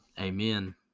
Amen